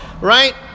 right